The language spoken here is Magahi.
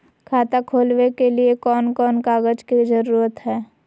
खाता खोलवे के लिए कौन कौन कागज के जरूरत है?